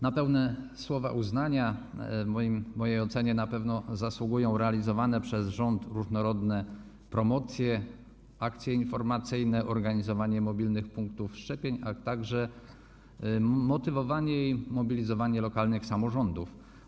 Na pełne słowa uznania w mojej ocenie na pewno zasługują realizowane przez rząd różnorodne promocje, akcje informacyjne, organizowanie mobilnych punktów szczepień, a także motywowanie i mobilizowanie lokalnych samorządów.